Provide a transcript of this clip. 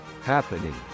Happening